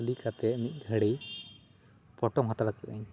ᱠᱷᱟᱫᱞᱤ ᱠᱟᱛᱮ ᱢᱤᱫ ᱜᱷᱟᱹᱲᱤᱡ ᱯᱚᱴᱚᱢ ᱦᱟᱛᱟᱲ ᱠᱟᱜ ᱤᱧ